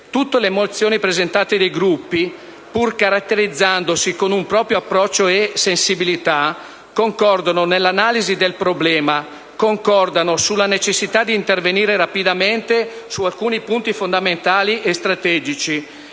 Tutte le mozioni presentate dai Gruppi, pur caratterizzandosi per un proprio approccio e una propria sensibilità, concordano nell'analisi del problema, sulla necessità di intervenire rapidamente su alcuni punti fondamentali e strategici